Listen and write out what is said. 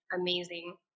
amazing